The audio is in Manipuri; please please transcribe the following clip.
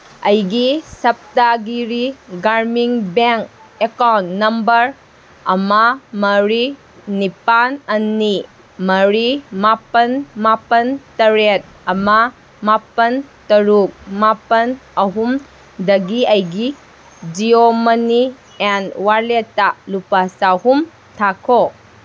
ꯑꯩꯒꯤ ꯁꯞꯇꯥꯒꯤꯔꯤ ꯒꯥꯔꯃꯤꯟ ꯕꯦꯡ ꯑꯦꯀꯥꯎꯟ ꯅꯝꯕꯔ ꯑꯃ ꯃꯔꯤ ꯅꯤꯄꯥꯜ ꯑꯅꯤ ꯃꯔꯤ ꯃꯥꯄꯜ ꯃꯥꯄꯜ ꯇꯔꯦꯠ ꯑꯃ ꯃꯥꯄꯜ ꯇꯔꯨꯛ ꯃꯥꯄꯜ ꯑꯍꯨꯝꯗꯒꯤ ꯑꯩꯒꯤ ꯖꯤꯌꯣ ꯃꯅꯤ ꯑꯦꯟ ꯋꯥꯂꯦꯠꯇ ꯂꯨꯄꯥ ꯆꯍꯨꯝ ꯊꯥꯈꯣ